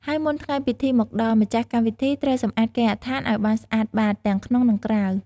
ហើយមុនថ្ងៃពិធីមកដល់ ម្ខាស់កម្មវិធីត្រូវសម្អាតគេហដ្ឋានឲ្យបានស្អាតបាត ទាំងក្នុង និងក្រៅ។